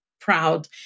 proud